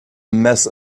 mess